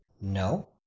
No